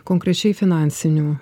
konkrečiai finansinių